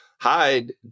hide